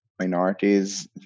minorities